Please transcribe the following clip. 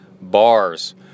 Bars